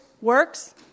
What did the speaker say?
Works